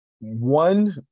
One